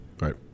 Right